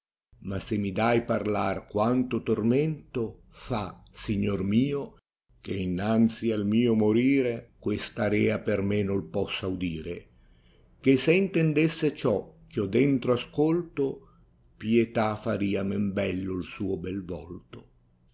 ma se mi dai parlar quanto tormento fa signor mio che innanzi al mio morire questa rea per me noi possa udire che se intendesse ciò eh io dentro ascolui pietà faria men bello il suo bel rollo